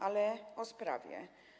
Ale o sprawie.